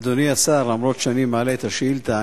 אדוני השר, אומנם אני מעלה את השאילתא,